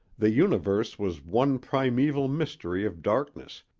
the universe was one primeval mystery of darkness,